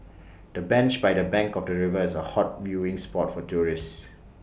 the bench by the bank of the river is A hot viewing spot for tourists